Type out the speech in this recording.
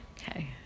okay